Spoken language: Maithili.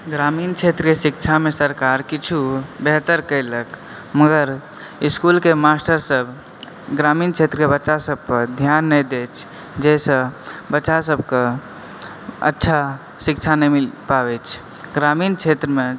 ग्रामीण क्षेत्रके शिक्षामे सरकार किछु बेहतर कयलक मगर इसकुल के मास्टर सब ग्रामीण क्षेत्रके बच्चा पर ध्यान नहि दै छै जाहिसॅं बच्चा सब के अच्छा शिक्षा नहि मिल पाबै छै ग्रामीण क्षेत्रमे